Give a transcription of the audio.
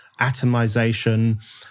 atomization